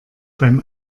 beim